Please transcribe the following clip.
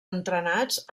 entrenats